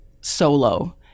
solo